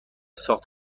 ساخت